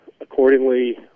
accordingly